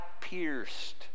pierced